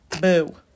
Boo